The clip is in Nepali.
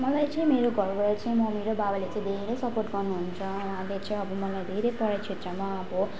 मलाई चाहिँ मेरो घरबाट चाहिँ मम्मी र बाबाले चाहिँ धेरै सपोर्ट गर्नुहुन्छ उहाँले चाहिँ अब मलाई धेरै पढाइ क्षेत्रमा अब